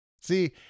See